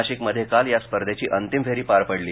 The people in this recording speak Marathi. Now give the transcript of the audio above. नाशिकमध्ये काल या स्पर्धेची अंतिम फेरी पार पडली